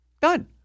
done